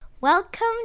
Welcome